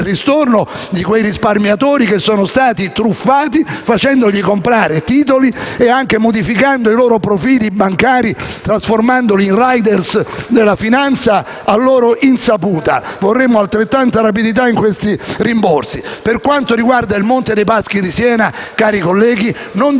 di quei risparmiatori che sono stati truffati facendo comprar loro titoli e anche modificando i loro profili bancari, trasformandoli in *rider* della finanza a loro insaputa. Vorremmo altrettanta rapidità per questi rimborsi. Per quanto riguarda il Monte dei Paschi di Siena, cari colleghi, non